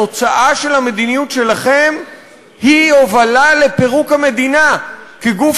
התוצאה של המדיניות שלכם היא הובלה לפירוק המדינה כגוף